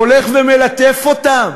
הולך ומלטף אותם